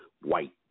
white